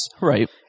Right